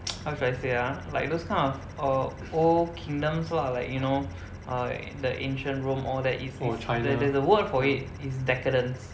how should I say ah like those kind err old kingdoms lah like you know err the ancient Rome all that is is the the the the word for it is decadence